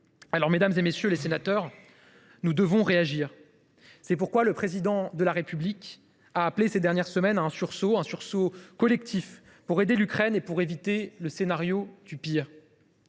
Mesdames, messieurs les sénateurs, nous devons réagir. C’est pourquoi le Président de la République a appelé ces dernières semaines à un sursaut collectif pour aider l’Ukraine et pour éviter le scénario du pire.